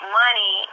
money